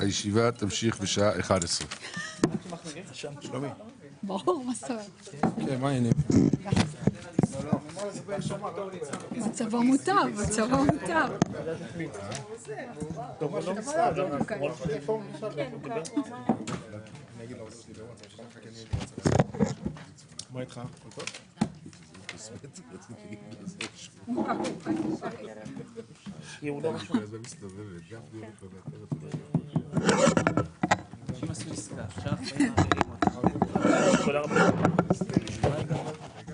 הישיבה ננעלה בשעה 10:28.